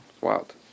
wild